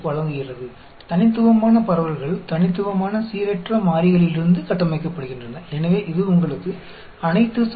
आम तौर पर अनंत संख्या गणना योग्य नहीं है लेकिन यहाँ इस विशेष डिस्ट्रीब्यूशन में हम इसे अनंत कहते हैं लेकिन यह अभी भी गणनीय है ठीक है